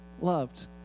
loved